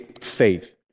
faith